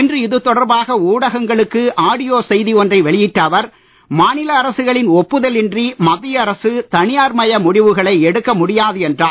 இன்று இது தொடர்பாக ஊடகங்களுக்கு ஆடியோ செய்தி ஒன்றை வெளியிட்ட அவர் மாநில அரசுகளின் ஒப்புதல் இன்றி மத்திய அரசு தனியார்மய முடிவுகளை எடுக்க முடியாது என்றார்